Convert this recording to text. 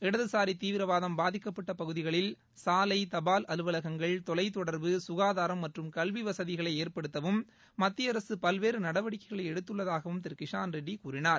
இடதுசாரி தீவிரவாதம் பாதிக்கப்பட்ட பகுதிகளில் சாலை தபால் அலுவலங்கள் தொலைத்தொடர்பு க்காதாரம் மற்றும் கல்வி வசதிகளை ஏற்படுத்தவும் மத்திய அரசு பல்வேறு நடவடிக்கைகளை எடுத்துள்ளதாகவும் திரு கிஷண் ரெட்டி கூறினார்